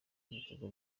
ibikorwa